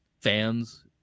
fans